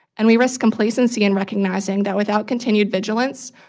and we risk complacency in recognizing that without continued vigilance,